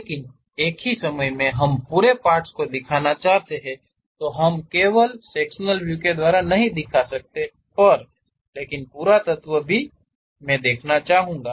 लेकिन एक ही समय में हम पूरे पार्ट्स को दिखाना चाहते हैं हम केवल हम सेक्शनल व्यू के द्वारा नहीं दिखा शकते पर लेकिन पूरा तत्व भी मैं देखना चाहूंगा